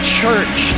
church